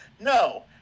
No